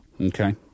Okay